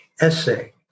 essay